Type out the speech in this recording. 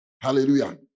Hallelujah